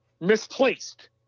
misplaced